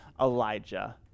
Elijah